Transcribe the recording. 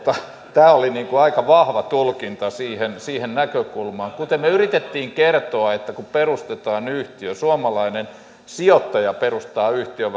tämä oli aika vahva tulkinta siihen siihen näkökulmaan kuten me yritimme kertoa niin kun perustetaan yhtiö suomalainen sijoittaja perustaa yhtiön